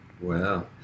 Wow